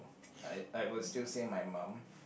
I I would still say my mum